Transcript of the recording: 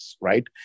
right